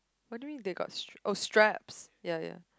what do you mean they got str~ oh straps ya ya